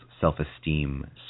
self-esteem